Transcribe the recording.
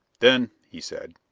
then, he said,